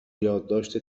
یادداشت